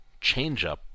changeup